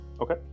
Okay